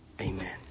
Amen